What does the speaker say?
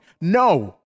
No